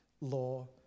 law